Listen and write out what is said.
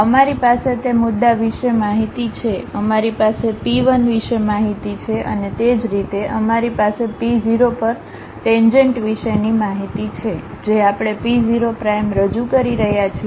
અમારી પાસે તે મુદ્દા વિશે માહિતી છે અમારી પાસે p 1 વિશે માહિતી છે અને તે જ રીતે અમારી પાસે p 0 પર ટેન્જેન્ટ વિશેની માહિતી છે જે આપણે p 0 પ્રાઇમ રજૂ કરી રહ્યા છીએ